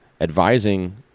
advising